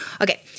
Okay